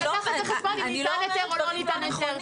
לקחת בחשבון אם ניתן היתר או לא ניתן היתר.